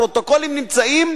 והפרוטוקולים נמצאים,